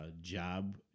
job